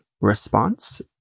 response